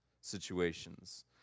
situations